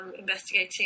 investigating